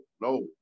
no